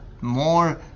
more